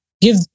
give